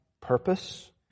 purpose